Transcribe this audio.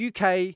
UK